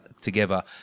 together